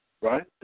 Right